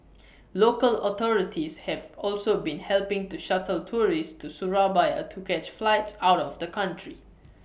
local authorities have also been helping to shuttle tourists to Surabaya to catch flights out of the country